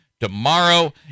tomorrow